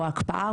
או ההקפאה,